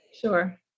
Sure